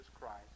Christ